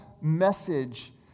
message